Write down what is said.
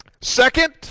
Second